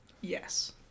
Yes